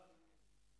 חרבות ברזל),